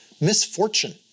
misfortune